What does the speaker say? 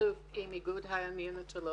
בשיתוף עם איגוד הניאונטולוגים,